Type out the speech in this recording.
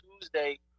Tuesday